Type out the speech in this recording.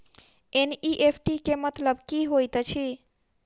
NEFT केँ मतलब की होइत अछि?